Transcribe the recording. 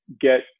get